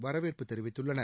வரவேற்பு தெரிவித்துள்ளன